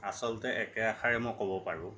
আচলতে একেষাৰে মই ক'ব পাৰোঁ